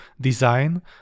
design